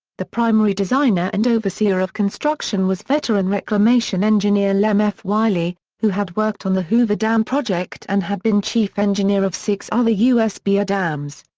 the primary designer and overseer of construction was veteran reclamation engineer lem f. wylie, who had worked on the hoover dam project and had been chief engineer of six other usbr dams.